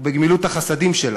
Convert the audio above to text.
ובגמילות החסדים שלה.